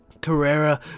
Carrera